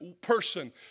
person